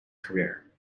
career